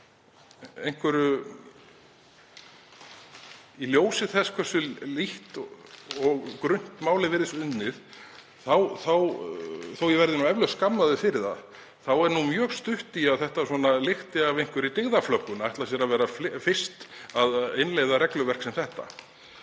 kapphlaupi í ljósi þess hversu lítt og grunnt málið virðist unnið? Þótt ég verði eflaust skammaður fyrir það þá er mjög stutt í að þetta lykti af einhverri dyggðaflöggun, að ætla sér að verða fyrst að innleiða regluverk sem þetta.